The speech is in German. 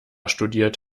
studiert